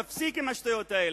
תפסיק עם השטויות האלה.